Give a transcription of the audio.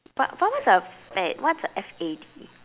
but but what what's a fad what's a F A D